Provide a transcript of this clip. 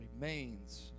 remains